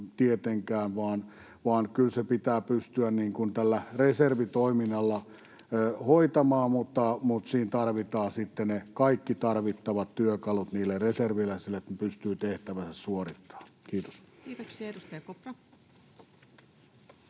tietenkään, vaan kyllä se pitää pystyä tällä reservitoiminnalla hoitamaan. Mutta tarvitaan sitten ne kaikki tarvittavat työkalut niille reserviläisille, että pystyvät tehtävänsä suorittamaan. — Kiitos. Kiitoksia. — Edustaja Kopra.